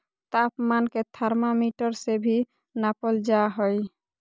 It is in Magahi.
तापमान के थर्मामीटर से भी नापल जा हइ